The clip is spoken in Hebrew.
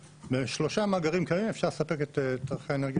משלושה מאגרים קיימים אפשר לספק את צרכי האנרגיה